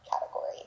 category